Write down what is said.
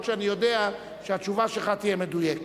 אף-על-פי שאני יודע שהתשובה שלך תהיה מדויקת.